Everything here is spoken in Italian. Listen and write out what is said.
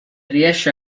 riesce